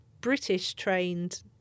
British-trained